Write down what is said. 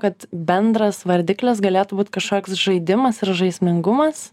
kad bendras vardiklis galėtų būt kažkoks žaidimas ir žaismingumas